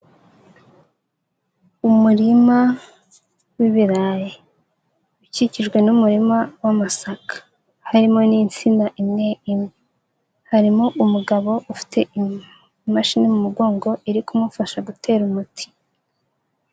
Umurima w'ibirayi ukikijwe n'umurima w'amasaka harimo n'insina imwe imwe, harimo umugabo ufite imashini mu mugongo iri kumufasha gutera umuti.